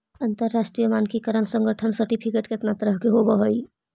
अंतरराष्ट्रीय मानकीकरण संगठन सर्टिफिकेट केतना तरह के होब हई?